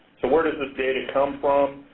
so where does this data come from?